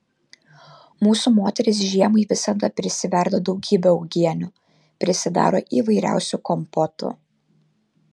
mūsų moterys žiemai visada prisiverda daugybę uogienių prisidaro įvairiausių kompotų